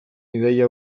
ideia